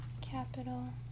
Capital